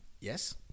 Yes